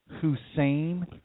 Hussein